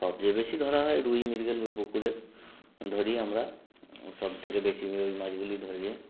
সবচেয়ে বেশি ধরা হয় রুই মৃগেল ও পুকুরের ধরি আমরা সবথেকে বেশি ওই ওই মাছগুলি ধরি